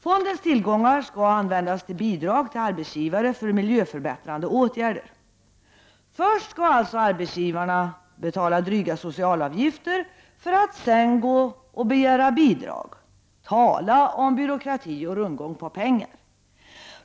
Fondens tillgångar skall användas till bidrag till arbetsgivare för miljöförbättrande åtgärder. Först skall alltså arbetsgivarna betala dryga sociala avgifter och sedan gå och begära bidrag. Tala om byråkrati och rundgång på pengar!